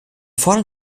fordern